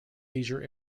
leisure